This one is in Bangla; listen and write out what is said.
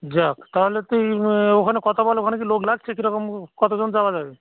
যাক তাহলে তুই ওখানে কথা বল ওখানে কি লোক লাগছে কীরকম কতজন যাওয়া যাবে